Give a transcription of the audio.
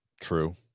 True